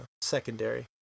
secondary